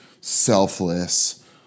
selfless